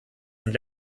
sind